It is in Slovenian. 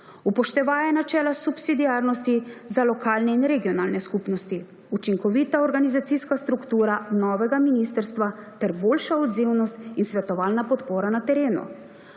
upoštevaje načela subsidiarnosti za lokalne in regionalne skupnosti; učinkovita organizacijska struktura novega ministrstva ter boljša odzivnost in svetovalna podpora na terenu;